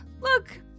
look